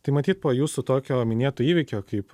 tai matyt po jūsų tokio minėto įvykio kaip